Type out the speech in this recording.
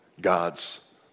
God's